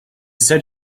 said